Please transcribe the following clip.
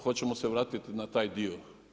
Hoćemo se vratiti na taj dio?